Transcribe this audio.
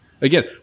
again